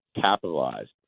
capitalized